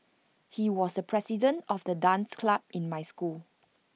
he was the president of the dance club in my school